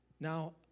Now